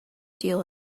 deal